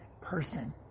person